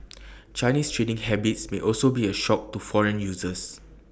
Chinese trading habits may also be A shock to foreign users